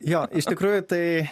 jo iš tikrųjų tai